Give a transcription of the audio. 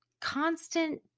constant